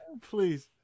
please